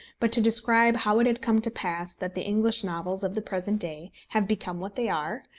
but to describe how it had come to pass that the english novels of the present day have become what they are,